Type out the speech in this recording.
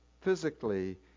physically